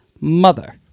mother